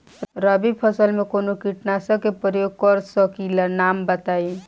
रबी फसल में कवनो कीटनाशक के परयोग कर सकी ला नाम बताईं?